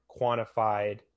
quantified